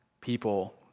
people